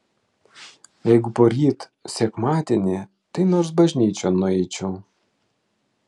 jeigu poryt sekmadienį tai nors bažnyčion nueičiau